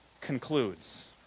concludes